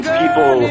people